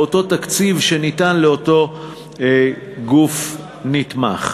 לאותו תקציב שניתן לאותו גוף נתמך.